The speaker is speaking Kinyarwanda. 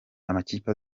amakipe